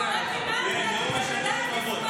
ואטורי, ועוד פעם אתה מכניס אותו כל פעם?